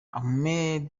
ahmed